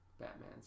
Batman